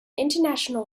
international